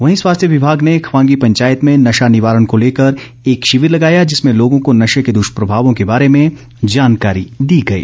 वहीं स्वास्थ्य विभाग ने खंवागी पंचायत में नशा निवारण को लेकर एक शिविर लगाया जिसमें लोगों को नशे के दुष्प्रभावों के बारे मे जानकरी दी गई